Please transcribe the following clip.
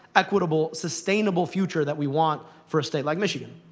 equitable, sustainable future that we want for a state like michigan.